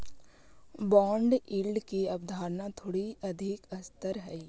bond yield की अवधारणा थोड़ी अधिक स्तर हई